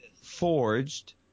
forged